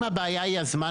אם הבעיה היא הזמן,